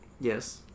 Yes